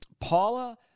Paula